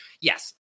yes